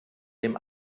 dem